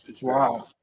Wow